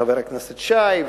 חבר הכנסת שי,